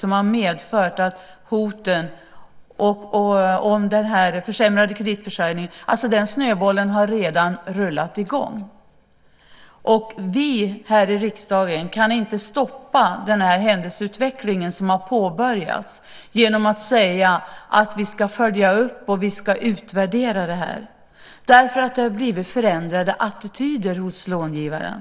De har medfört hot om en försämrad kreditförsörjning, och den snöbollen har redan rullat i gång. Vi här i riksdagen kan inte stoppa den händelseutveckling som har påbörjats genom att säga att vi ska följa upp och utvärdera det här eftersom det har blivit förändrade attityder hos långivarna.